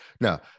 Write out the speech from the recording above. Now